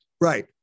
Right